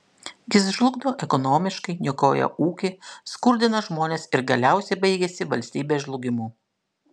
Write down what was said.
jis žlugdo ekonomiškai niokoja ūkį skurdina žmones ir galiausiai baigiasi valstybės žlugimu